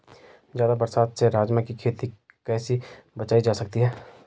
ज़्यादा बरसात से राजमा की खेती कैसी बचायी जा सकती है?